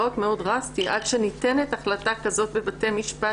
ולא רק שהוא מאוד דרסטי עד שניתנת החלטה כזו בבתי משפט,